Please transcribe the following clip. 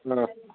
ꯑꯥ